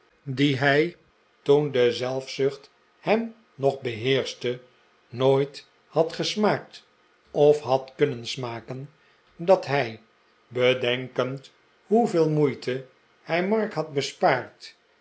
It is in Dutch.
die hij toen de zelfzucht hem nog beheerschte nooit had gesmaakt of had kunnen smaken dat hij f bedenkend hoeveel moeite hij mark had bespaard